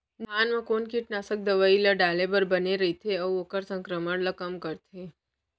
धान म कोन कीटनाशक दवई ल डाले बर बने रइथे, अऊ ओखर संक्रमण ल कम करथें?